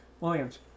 Williams